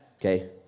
okay